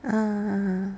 ah